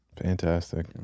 fantastic